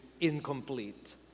incomplete